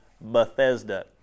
Bethesda